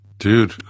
dude